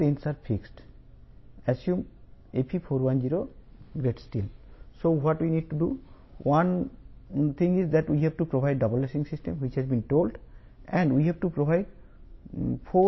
ఇప్పుడు మొదట నేను ఈ డబుల్ లేసింగ్ సిస్టమ్ ఆధారంగా ఈ రోజు ఒక ఉదాహరణ ను చూపిస్తాను